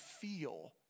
feel